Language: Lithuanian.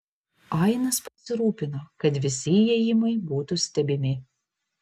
ainas pasirūpino kad visi įėjimai būtų stebimi